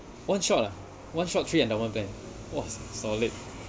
one shot ah one shot three endowment plan !wah! solid